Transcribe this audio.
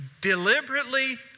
deliberately